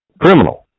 Criminal